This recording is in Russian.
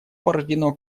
порождено